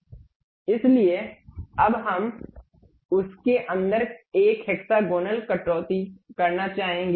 इसलिए अब हम उसके अंदर एक हेक्सागोनल कटौती करना चाहेंगे